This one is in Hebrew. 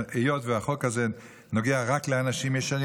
שהיות שהחוק הזה נוגע רק לאנשים ישרים,